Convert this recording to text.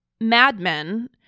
madmen